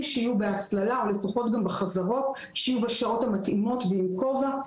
שיהיו בהצללה או לפחות גם בחזרות צריך שיהיו בשעות מתאימות ועם כובע.